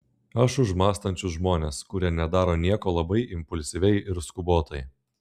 aš už mąstančius žmones kurie nedaro nieko labai impulsyviai ir skubotai